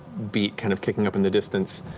beat kind of kicking up in the distance,